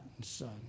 son